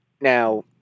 Now